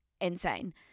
insane